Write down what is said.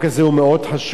אבל מעבר לכך,